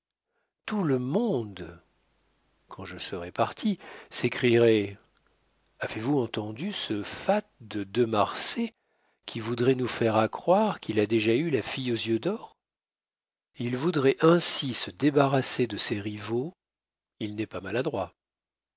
tout le monde quand je serais parti s'écrierait avez-vous entendu ce fat de de marsay qui voudrait nous faire accroire qu'il a déjà eu la fille aux yeux d'or il voudrait ainsi se débarrasser de ses rivaux il n'est pas maladroit